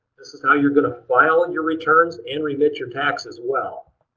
this is how you're going to file and your returns and remit your tax as well.